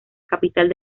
capital